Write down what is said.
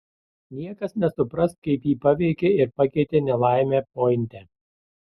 niekas nesupras kaip jį paveikė ir pakeitė nelaimė pointe